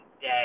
day